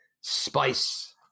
spice